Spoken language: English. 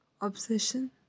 Obsession